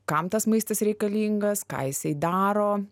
kam tas maistas reikalingas ką jisai daro